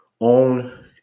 own